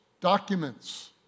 documents